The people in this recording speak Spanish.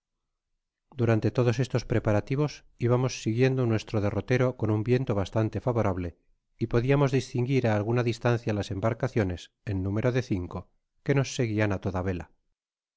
durante todos estos preparativos íbamos siguiendo nuestro derrotero con un viento bastante favorable y podiamos distinguir á alguna distancia las embarcaciones en número de cinco que nos seguían á todo vela